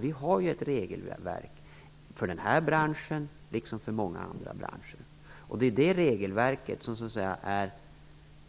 Vi har ju ett regelverk för den här branschen, liksom för många andra branscher. Detta regelverk är